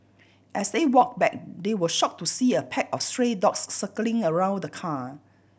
as they walked back they were shocked to see a pack of stray dogs circling around the car